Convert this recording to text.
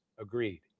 agreed